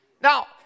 Now